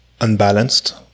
unbalanced